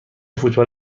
فوتبال